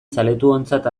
zaletuontzat